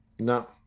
No